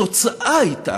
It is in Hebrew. התוצאה הייתה,